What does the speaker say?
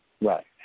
Right